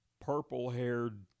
purple-haired